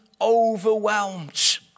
overwhelmed